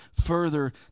further